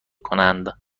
کنند